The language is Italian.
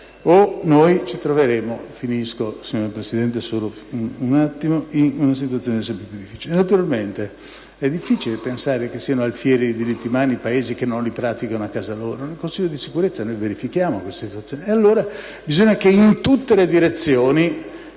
o noi ci troveremo in una situazione sempre più difficile. Naturalmente, è difficile pensare che siano alfieri di diritti umani i Paesi che non li praticano a casa loro. Nel Consiglio di Sicurezza noi verifichiamo tale situazione. Allora, bisogna che in tutte le direzioni